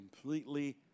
completely